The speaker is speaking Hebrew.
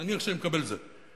נניח שאני מקבל את זה.